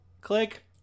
Click